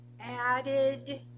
added